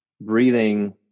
breathing